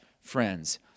friends